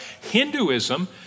Hinduism